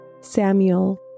Samuel